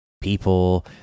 people